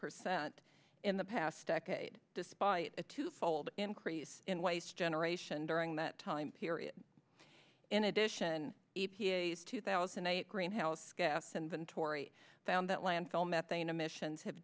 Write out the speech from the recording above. percent in the past decade despite a two fold increase and waste generation during that time period in addition e p a s two thousand and eight greenhouse gas inventory found that landfill methane emissions have